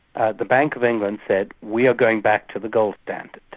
ah the bank of england said, we are going back to the gold standard,